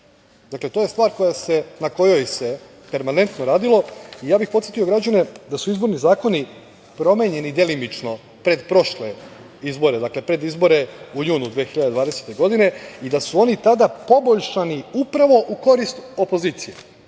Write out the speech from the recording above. noći. To je stvar na kojoj se permanentno radilo i ja bih podsetio građane da su izborni zakoni promenjeni delimično pred prošle izbore, pred izbore u junu 2020. godine i da su oni tada poboljšani upravo u korist opozicije